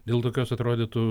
dėl tokios atrodytų